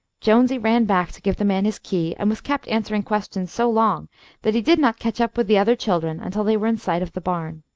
jonesy ran back to give the man his key, and was kept answering questions so long that he did not catch up with the other children until they were in sight of the barn.